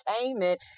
entertainment